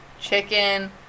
chicken